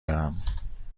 دارم